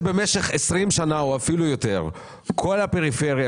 העובדה שבמשך 20 שנה ויותר כל הפריפריה